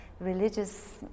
religious